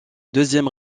deuxième